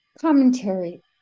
Commentary